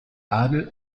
adel